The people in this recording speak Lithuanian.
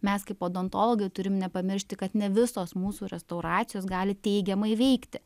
mes kaip odontologai turim nepamiršti kad ne visos mūsų restauracijos gali teigiamai veikti